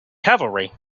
cavalry